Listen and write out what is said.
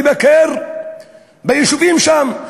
לבקר ביישובים שם.